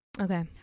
Okay